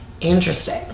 Interesting